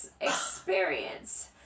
experience